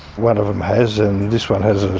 one of them has, and this one has